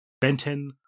Benten